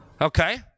Okay